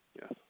Yes